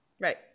Right